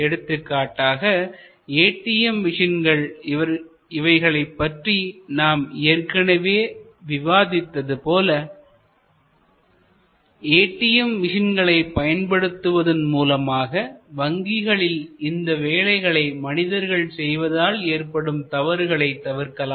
எடுத்துக்காட்டாக ஏடிஎம் மிஷின்கள் இவைகளைப் பற்றி நாம் ஏற்கனவே விவாதித்தது போல ஏடிஎம் மிஷின்களை பயன்படுத்துவதன் மூலமாக வங்கிகளில் இந்த வேலைகள் மனிதர்கள் செய்வதால் ஏற்படும் தவறுகளை தவிர்க்கலாம்